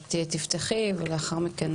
את תפתחי ולאחר מכן